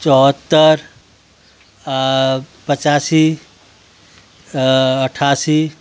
चौहत्तर पचासी अट्ठासी